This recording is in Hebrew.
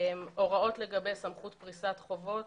הוראות לגבי סמכות פריסת חובות,